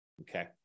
okay